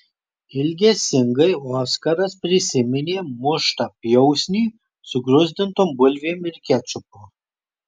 ilgesingai oskaras prisiminė muštą pjausnį su gruzdintom bulvėm ir kečupu